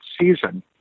season